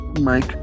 mike